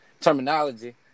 terminology